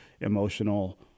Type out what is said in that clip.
emotional